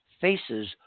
faces